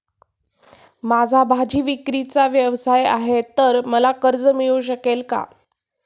माझा भाजीविक्रीचा व्यवसाय आहे तर मला कर्ज मिळू शकेल का?